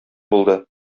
булды